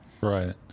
Right